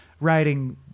writing